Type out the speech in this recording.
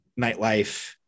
nightlife